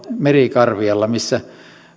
merikarvialla missä